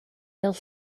fel